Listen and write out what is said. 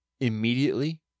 immediately